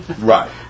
Right